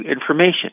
information